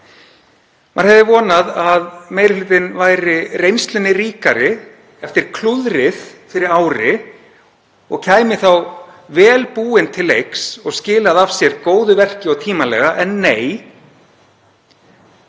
Maður hefði vonað að meiri hlutinn væri reynslunni ríkari eftir klúðrið fyrir ári og kæmi þá vel undirbúinn til leiks og skilaði af sér góðu verki, og tímanlega. En nei,